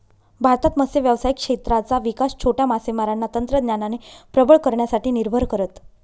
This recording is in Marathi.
भारतात मत्स्य व्यावसायिक क्षेत्राचा विकास छोट्या मासेमारांना तंत्रज्ञानाने प्रबळ करण्यासाठी निर्भर करत